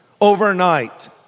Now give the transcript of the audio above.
Overnight